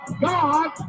God